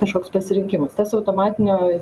kažkoks pasirinkimas tas automatinio